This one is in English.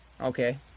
okay